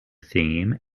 theme